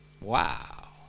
wow